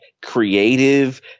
creative